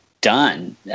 Done